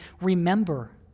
remember